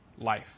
life